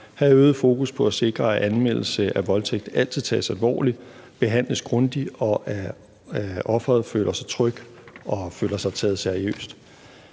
have øget fokus på at sikre, at anmeldelse af voldtægt altid tages alvorligt og behandles grundigt, og at offeret føler sig tryg og føler sig taget seriøst.